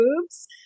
boobs